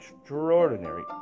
extraordinary